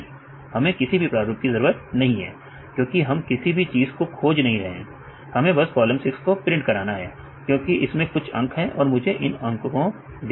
नहीं हमें किसी प्रारूप की जरूरत नहीं है क्योंकि हम किसी भी चीज को नहीं खोज रहे हैं हमें बस कॉलम 6 को प्रिंट करना है क्योंकि इसमें कुछ अंक हैं और मुझे इन अंक को देखना है